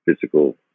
physical